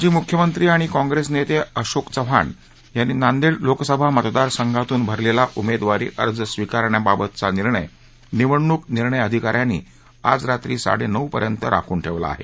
माजी मुख्यमंत्री आणि काँप्रेस नेते अशोक चव्हाण यांनी नांदेड लोकसभा मतदार संघातून भरलेला उमेदवारी अर्ज स्वीकारण्याबाबतचा निर्णय निवडणक निर्णय अधिका यांनी आज रात्री साडेनऊपर्यंत राखन ठेवला आहे